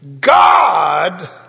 God